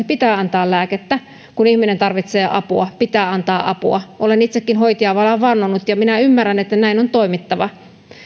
pitää antaa lääkettä kun ihminen tarvitsee apua pitää antaa apua olen itsekin hoitajavalan vannonut ja minä ymmärrän että näin on toimittava